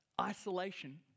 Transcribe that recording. Isolation